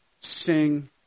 sing